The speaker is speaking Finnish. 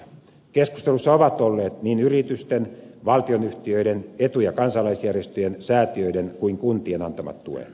keskustelussa ovat olleet niin yritysten valtionyhtiöiden etu ja kansalaisjärjestöjen säätiöiden kuin kuntien antamat tuet